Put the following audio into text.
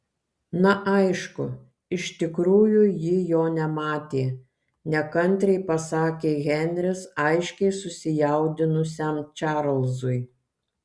na aišku iš tikrųjų ji jo nematė nekantriai pasakė henris aiškiai susijaudinusiam čarlzui